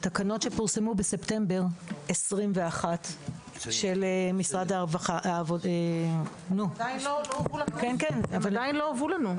התקנות שפורסמו בספטמבר 2021 של משרד --- הן עדיין לא הובאו לנו.